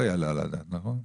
לא יעלה על הדעת, נכון?